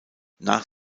nach